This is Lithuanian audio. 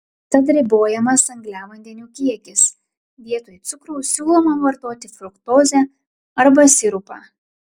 tad ribojamas angliavandenių kiekis vietoj cukraus siūloma vartoti fruktozę arba sirupą